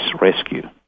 rescue